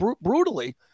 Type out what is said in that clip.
brutally